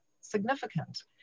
significant